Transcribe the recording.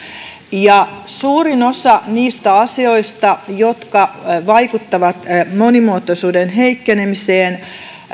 suurin osa niistä asioista jotka vaikuttavat monimuotoisuuden heikkenemiseen